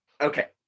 Okay